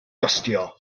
gostio